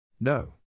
No